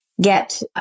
get